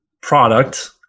product